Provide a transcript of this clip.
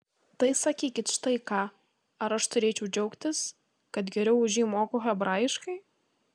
tai sakykit štai ką ar aš turėčiau džiaugtis kad geriau už jį moku hebrajiškai